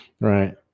right